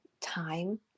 time